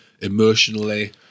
emotionally